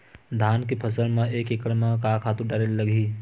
धान के फसल म एक एकड़ म का का खातु डारेल लगही?